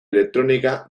electrónica